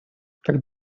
как